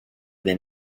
than